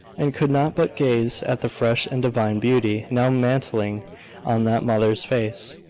and could not but gaze at the fresh and divine beauty now mantling on that mother's face,